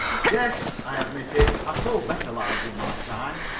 yes, i admitted, i've told better lies in my time.